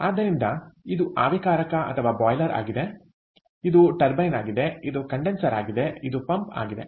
ಆದ್ದರಿಂದ ಇದು ಆವಿಕಾರಕ ಅಥವಾ ಬಾಯ್ಲರ್ ಆಗಿದೆ ಇದು ಟರ್ಬೈನ್ ಆಗಿದೆಇದು ಕಂಡೆನ್ಸರ್ ಆಗಿದೆ ಇದು ಪಂಪ್ ಆಗಿದೆ